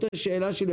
ראשי הרשויות בנגב,